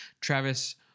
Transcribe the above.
travis